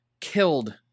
killed